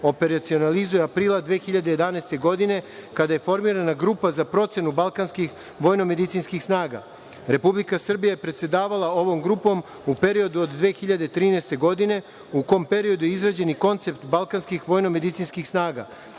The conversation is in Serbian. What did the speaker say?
operacionalizuje aprila 2011. godine kada je formirana Grupa za procenu Balkanskih vojnomedicinskih snaga. Republika Srbija je predsedavala ovom grupom u periodu od 2013. godine, u tom periodu je izrađen i koncept Balkanskih vojnomedicinskih snaga.